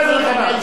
לא רק הוא הבין.